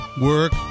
Work